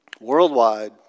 worldwide